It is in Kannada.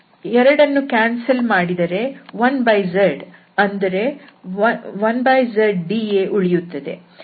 2 ಅನ್ನು ಕ್ಯಾನ್ಸಲ್ ಮಾಡಿದರೆ 1zಅಂದರೆ 1zdA ಉಳಿಯುತ್ತದೆ